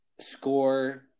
score